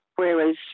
Whereas